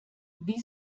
wie